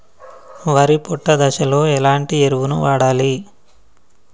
వరి పొట్ట దశలో ఎలాంటి ఎరువును వాడాలి?